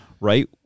right